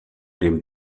dem